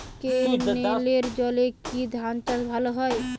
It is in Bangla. ক্যেনেলের জলে কি ধানচাষ ভালো হয়?